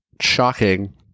shocking